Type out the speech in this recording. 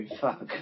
fuck